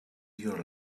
your